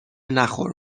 نخور